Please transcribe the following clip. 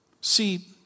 See